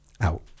out